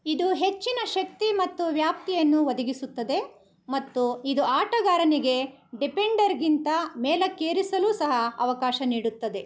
ಇದು ಹೆಚ್ಚಿನ ಶಕ್ತಿ ಮತ್ತು ವ್ಯಾಪ್ತಿಯನ್ನು ಒದಗಿಸುತ್ತದೆ ಮತ್ತು ಇದು ಆಟಗಾರನಿಗೆ ಡಿಪೆಂಡರ್ಗಿಂತ ಮೇಲಕ್ಕೇರಿಸಲೂ ಸಹ ಅವಕಾಶ ನೀಡುತ್ತದೆ